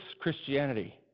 Christianity